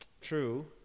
True